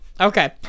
Okay